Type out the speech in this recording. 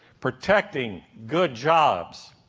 protecting good jobs,